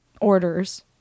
orders